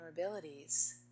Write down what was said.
vulnerabilities